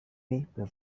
paper